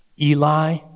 Eli